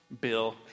Bill